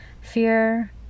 fear